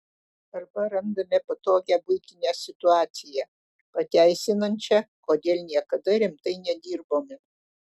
arba randame patogią buitinę situaciją pateisinančią kodėl niekada rimtai nedirbome